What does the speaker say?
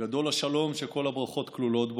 גדול השלום שכל הברכות כלולות בו,